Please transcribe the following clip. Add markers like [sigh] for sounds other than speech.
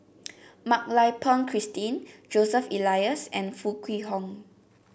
[noise] Mak Lai Peng Christine Joseph Elias and Foo Kwee Horng